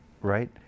right